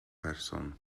person